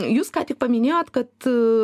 jūs ką tik paminėjot kad